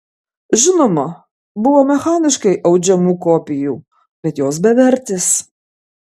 žinoma buvo mechaniškai audžiamų kopijų bet jos bevertės